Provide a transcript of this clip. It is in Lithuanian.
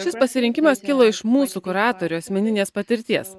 šis pasirinkimas kilo iš mūsų kuratorių asmeninės patirties